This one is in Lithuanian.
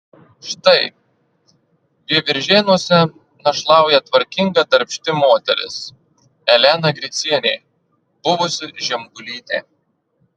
štai veiviržėnuose našlauja tvarkinga darbšti moteris elena gricienė buvusi žemgulytė